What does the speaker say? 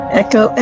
echo